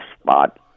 spot